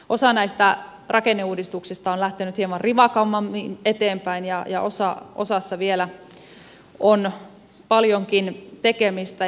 osa näistä rakenneuudistuksista on lähtenyt hieman rivakammin eteenpäin ja osassa vielä on paljonkin tekemistä